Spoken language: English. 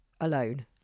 alone